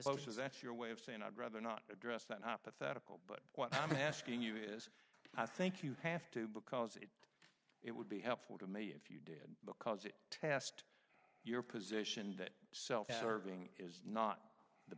oceans that's your way of saying i'd rather not address that hypothetical but what i'm asking you is i think you have to because it it would be helpful to me if you did because it test your position that self serving is not the